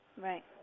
Right